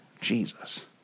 Jesus